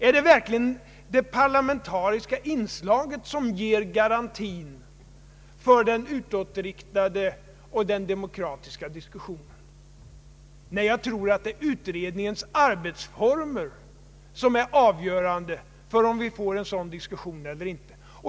Är det verkligen det parlamentariska inslaget som ger garanti för den utåtriktade och demokratiska diskussionen? Nej, jag tror att utredningens arbetsformer är avgörande för om vi får en sådan diskussion eller ej.